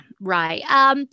right